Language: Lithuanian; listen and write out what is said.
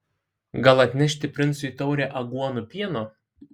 gal atnešti princui taurę aguonų pieno